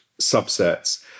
subsets